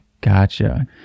Gotcha